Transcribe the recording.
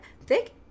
thick